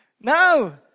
No